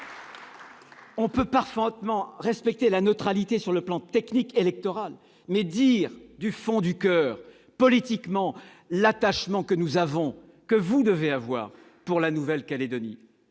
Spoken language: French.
on peut parfaitement respecter la neutralité d'un point de vue technique, électoral, tout en exprimant du fond du coeur politiquement l'attachement que nous avons, que vous devez avoir pour la Nouvelle-Calédonie